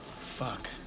fuck